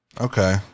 Okay